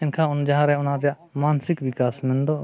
ᱮᱱᱠᱷᱟᱱ ᱡᱟᱦᱟᱸᱨᱮ ᱚᱱᱟ ᱨᱮᱭᱟᱜ ᱢᱟᱱᱚᱥᱤᱠ ᱵᱤᱠᱟᱥ ᱢᱮᱱᱫᱚ